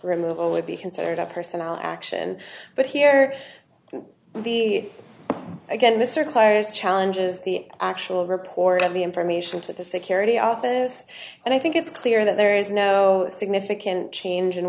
removal would be considered a personnel action but here the again mr claridge challenges the actual report of the information to the security office and i think it's clear that there is no significant change